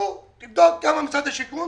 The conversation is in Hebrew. תבדקו כמה משרד השיכון